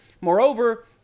Moreover